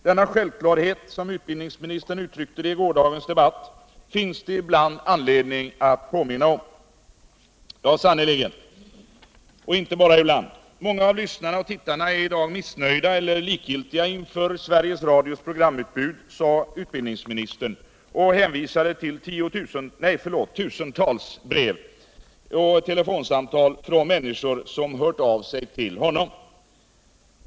Denna självklarhet, som utbildningsministern uttryckte det i gårdagens debatt, finns det ibland anledning att påminna om — och sannerligen inte bara ibland. Många av lyssnarna och tittarna är i dag missnöjda eller likgiltiga inför Sveriges Radios programutbud, sade utbildningsministern och hänvisade till tusentals brev och telefonsamtal från människor som hört av sig till honom.